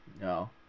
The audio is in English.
No